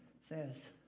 says